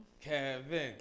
Kevin